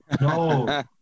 no